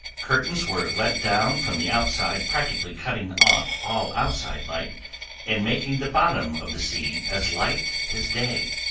curtains were let down from the outside, practically cutting off all outside light and making the bottom of the sea as light as day.